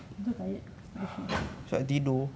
I'm so tired what the shit